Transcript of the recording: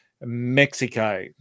Mexico